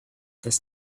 does